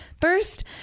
First